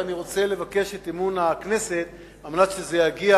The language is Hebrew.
ולבקש את אמון הכנסת על מנת שזה יגיע